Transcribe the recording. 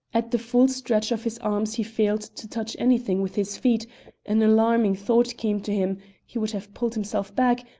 at the full stretch of his arms he failed to touch anything with his feet an alarming thought came to him he would have pulled himself back,